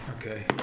Okay